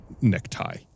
necktie